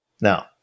Now